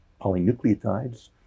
polynucleotides